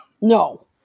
No